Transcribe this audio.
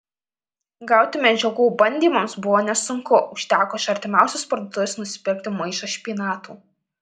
gauti medžiagų bandymams buvo nesunku užteko iš artimiausios parduotuvės nusipirkti maišą špinatų